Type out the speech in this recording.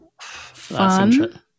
fun